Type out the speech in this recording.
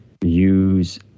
use